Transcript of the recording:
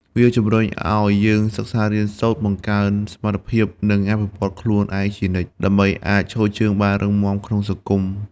វាជំរុញឲ្យយើងសិក្សារៀនសូត្រ បង្កើនសមត្ថភាព និងអភិវឌ្ឍខ្លួនឯងជានិច្ច ដើម្បីអាចឈរជើងបានរឹងមាំក្នុងសង្គម។